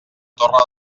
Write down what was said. torre